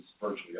virtually